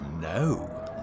No